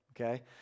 okay